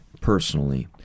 personally